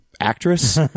actress